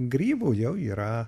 grybų jau yra